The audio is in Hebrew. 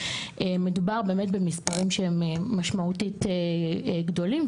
מדובר באמת במספרים שהם משמעותית גדולים.